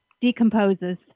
decomposes